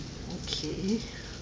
okay